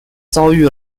遭遇